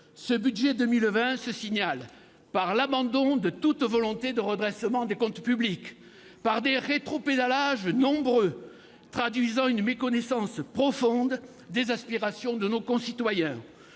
ce budget pour 2020 se distingue par l'abandon de toute volonté de redressement des comptes publics, par de nombreux rétropédalages traduisant une méconnaissance profonde des aspirations de nos concitoyens